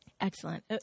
Excellent